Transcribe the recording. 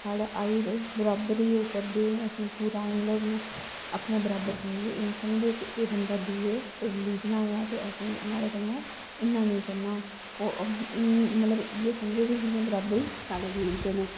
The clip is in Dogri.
साढ़े आइयै बराबर ई ओह् करदे न मतलव कि अपने बराबर समझदे कि एह् बंदा दूऐ रलीजन दा ऐ ते इसी असें इ'या नेईं करना ओह् मतलव इ'यां गै समझदे कि जि'यां बराबर ई साढ़ा रलीजन ऐ